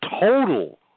total